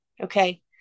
Okay